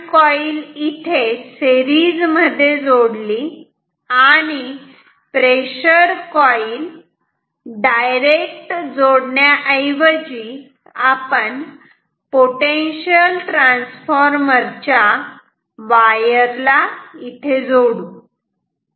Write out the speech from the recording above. current coil इथे series मध्ये जोडली आणि प्रेशर कॉइल डायरेक्ट जोडण्या ऐवजी आपण पोटेन्शियल ट्रांसफार्मर च्या वायर ला इथे जोडू